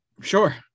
Sure